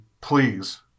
please